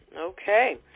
okay